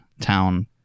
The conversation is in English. town